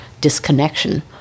disconnection